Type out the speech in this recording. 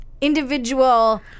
individual